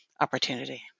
opportunity